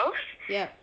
yup